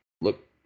look